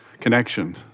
connection